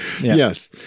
yes